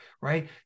right